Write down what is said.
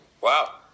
Wow